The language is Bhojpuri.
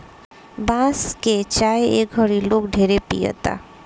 बांस के चाय ए घड़ी लोग ढेरे पियता